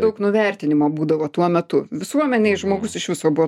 daug nuvertinimo būdavo tuo metu visuomenėj žmogus iš viso buvo